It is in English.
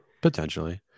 Potentially